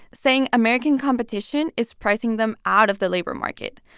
saying american competition is pricing them out of the labor market.